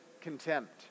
contempt